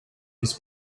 his